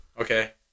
Okay